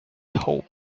hope